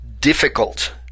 difficult